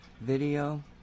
video